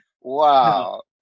Wow